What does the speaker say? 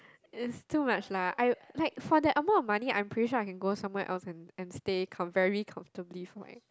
it's too much lah I like for that amount of money I am pretty sure I can go somewhere else and and stay com~ very comfortably for like